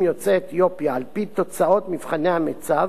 יוצאי אתיופיה על-פי תוצאות מבחני המיצ"ב,